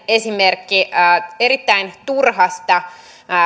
esimerkki erittäin turhasta